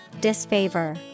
disfavor